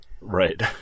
Right